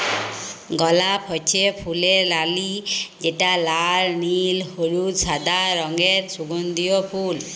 গলাপ হচ্যে ফুলের রালি যেটা লাল, নীল, হলুদ, সাদা রঙের সুগন্ধিও ফুল